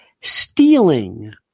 stealing